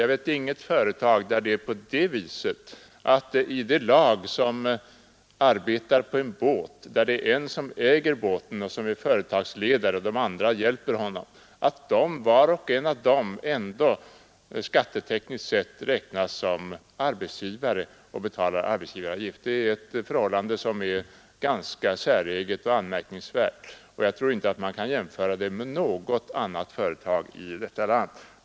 Jag känner inte till några andra företag, där en av dem som arbetar i laget är företagsledare — i det här fallet ägare till båten — medan de andra som hjälper honom i arbetet ändå allesammans skattetekniskt sett räknas som arbetsgivare och betalar arbetsgivaravgift. Det är ett säreget och anmärkningsvärt förhållande.